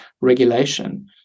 regulation